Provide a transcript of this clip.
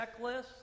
checklist